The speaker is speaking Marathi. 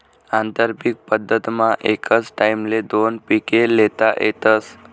आंतरपीक पद्धतमा एकच टाईमले दोन पिके ल्हेता येतस